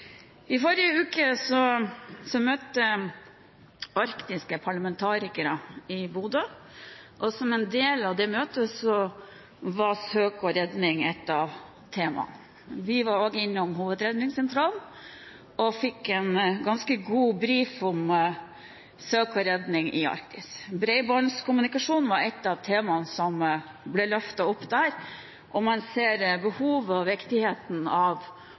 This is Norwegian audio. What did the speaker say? I forrige uke møttes arktiske parlamentarikere i Bodø, og søk og redning var et av temaene på møtet. Vi var også innom hovedredningssentralen og fikk en ganske god briefing om søk og redning i Arktis. Bredbåndskommunikasjon var et av temaene som ble løftet opp der, og man ser behovet for og viktigheten av